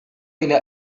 إلى